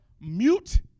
mute